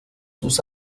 sus